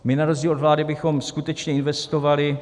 My na rozdíl od vlády bychom skutečně investovali.